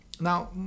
Now